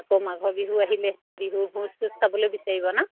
আকৌ মাঘৰ বিহু আহিলে বিহু ভোজ চোজ খাবলৈ বিচাৰিব ন